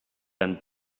and